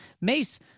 Mace